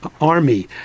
army